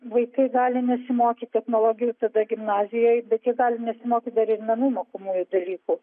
vaikai gali nesimokyt technologijų tada gimnazijoj bet jie gali nesimokyt dar ir menų mokomųjų dalykų